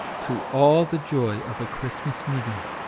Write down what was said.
to all the joy of a christmas meeting.